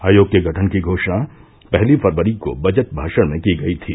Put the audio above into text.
आयोग के गठन की घोषणा पहली फरवरी को बजट भाषण में की गई थी